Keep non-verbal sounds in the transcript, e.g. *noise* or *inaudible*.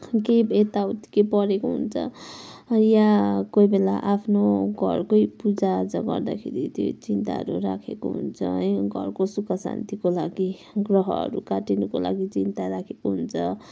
*unintelligible* यताउति के परेको हुन्छ या कोहीबेला आफ्नो घरकै पूजाआजा गर्दाखेरि त्यो चिन्ताहरू राखेको हुन्छ है घरको सुख शान्तिको लागि ग्रहहरू काटिनुको लागि चिन्ता राखेको हुन्छ